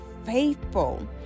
Faithful